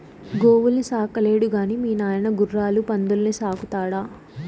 గోవుల్ని సాకలేడు గాని మీ నాయన గుర్రాలు పందుల్ని సాకుతాడా